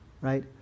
right